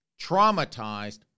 traumatized